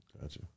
Gotcha